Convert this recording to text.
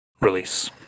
Release